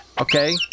Okay